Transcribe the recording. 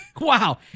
Wow